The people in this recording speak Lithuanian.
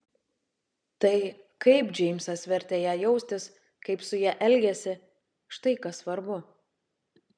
tai kaip džeimsas vertė ją jaustis kaip su ja elgėsi štai kas svarbu